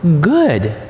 good